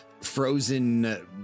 frozen